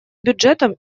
бюджетом